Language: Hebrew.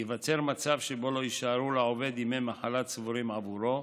ייווצר מצב שבו לא יישארו לעובד ימי מחלה צבורים בעבורו,